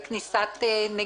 שהם לקראת תחילת החודש הזה,